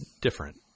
different